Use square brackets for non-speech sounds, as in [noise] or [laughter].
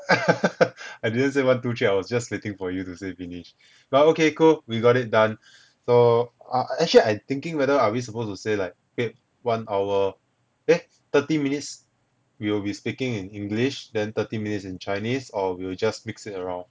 [laughs] I didn't say one two three I was just waiting for you to say finish but okay cool we got it done so ah actually I'm thinking whether are we suppose to say like take one hour then thirty minutes we will be speaking in english then thirty minutes in chinese or we will just mix it around